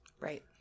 right